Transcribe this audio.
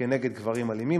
נגד גברים אלימים,